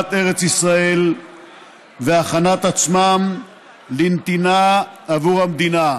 ארץ ישראל והכנת עצמם לנתינה עבור המדינה.